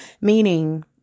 meaning